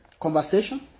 conversation